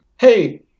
hey